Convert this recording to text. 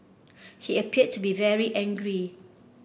he appeared to be very angry